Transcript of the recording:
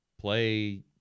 play